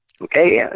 Okay